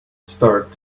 start